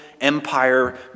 empire